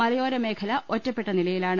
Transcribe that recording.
മലയോരമേഖല ഒറ്റപ്പെട്ട നിലയിലാണ്